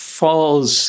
falls